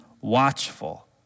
watchful